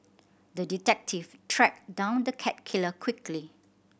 the detective tracked down the cat killer quickly